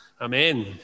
Amen